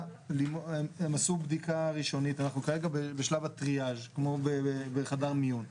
אנחנו כרגע בשלב הטריאז' כמו בחדר מיון.